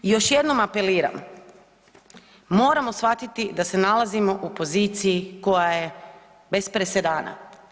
Još jednom apeliram moramo shvatiti da se nalazimo u poziciji koja je bez presedana.